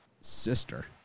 sister